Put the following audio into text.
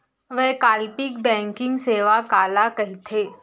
वैकल्पिक बैंकिंग सेवा काला कहिथे?